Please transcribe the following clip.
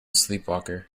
sleepwalker